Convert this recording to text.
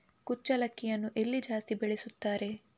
ಕುಚ್ಚಲಕ್ಕಿಯನ್ನು ಎಲ್ಲಿ ಜಾಸ್ತಿ ಬೆಳೆಸುತ್ತಾರೆ?